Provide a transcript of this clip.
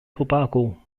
tobago